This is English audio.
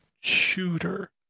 shooter